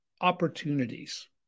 opportunities